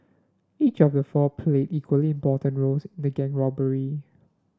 each of the four played equally important roles in the gang robbery